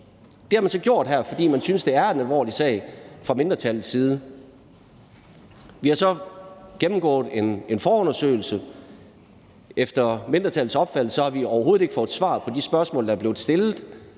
Det har man så gjort her, fordi man fra mindretallets side synes, det er en alvorlig sag. Vi har så gennemført en forundersøgelse. Efter mindretallets opfattelse har vi overhovedet ikke fået svar på de spørgsmål, der er blevet stillet,